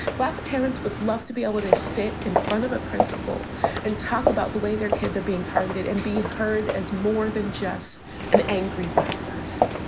black parents would love to be able to sit in front of a principal and talk about the way their kids are being targeted and be heard as more than just an angry black person.